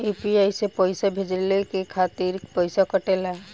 UPI से पइसा भेजने के खातिर पईसा कटेला?